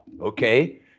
okay